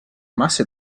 masse